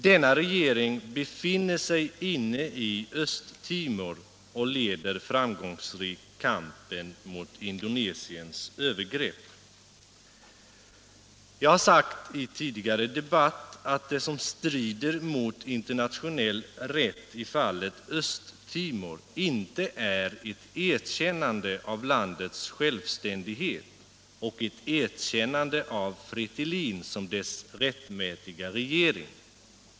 Denna regering befinner sig inne i Östtimor och leder framgångsrikt kampen mot Indonesiens övergrepp. Jag har i tidigare debatt sagt att uttalanden om vad som strider mot internationell rätt i fallet Östtimor inte innebär ett erkännande av landets självständighet och ett erkännande av Fretilin som dess rättmätiga regering.